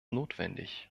notwendig